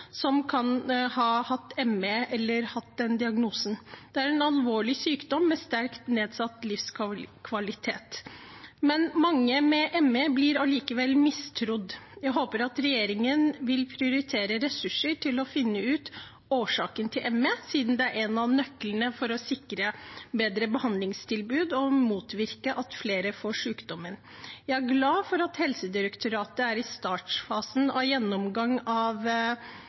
som kan ha hatt ME eller har den diagnosen. Det er en alvorlig sykdom, som fører til sterkt nedsatt livskvalitet, men mange med ME blir allikevel mistrodd. Jeg håper at regjeringen vil prioritere ressurser til å finne ut av årsaken til ME, siden det er en av nøklene for å sikre bedre behandlingstilbud og motvirke at flere får sykdommen. Jeg er glad for at Helsedirektoratet er i startfasen av gjennomgang av